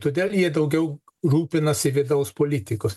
todėl jie daugiau rūpinasi vidaus politikos